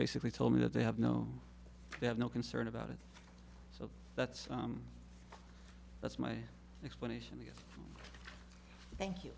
basically told me that they have no they have no concern about it so that's that's my explanation the thank you